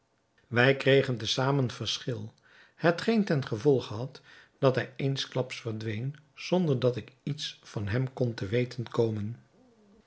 wij kregen te zamen verschil hetgeen ten gevolge had dat hij eensklaps verdween zonder dat ik iets van hem kon te weten komen